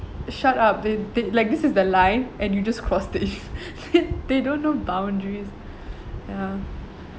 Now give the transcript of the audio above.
shut up they they like this is the line and you just crossed it they they don't know boundaries ya